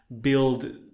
build